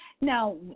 Now